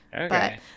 Okay